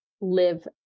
live